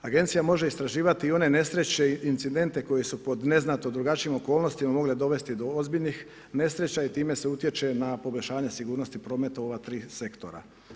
Agencija može istraživati i one nesreće i incidente koji su pod neznatno drugačijim okolnostima mogle dovesti do ozbiljnih nesreća i time se utječe na poboljšanje sigurnosti prometa u ova 3 sektora.